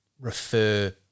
refer